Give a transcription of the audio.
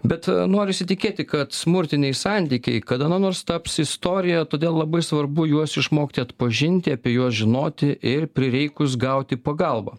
bet norisi tikėti kad smurtiniai santykiai kada na nors taps istorija todėl labai svarbu juos išmokti atpažinti apie juos žinoti ir prireikus gauti pagalbą